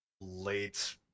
late